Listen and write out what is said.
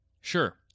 sure